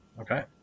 Okay